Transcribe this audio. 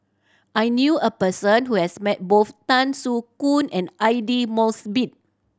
I knew a person who has met both Tan Soo Khoon and Aidli Mosbit